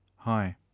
Hi